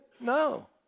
No